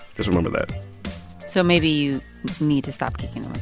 just remember that so maybe you need to stop kicking